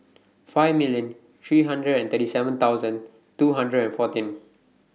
five million three hundred and thirty seven thousand two hundred and fourteen